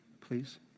please